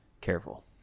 careful